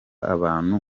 abantu